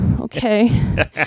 okay